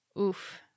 Oof